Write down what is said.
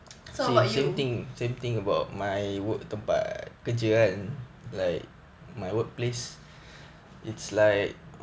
so what about you